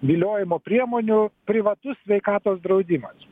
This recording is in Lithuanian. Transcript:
viliojimo priemonių privatus sveikatos draudimas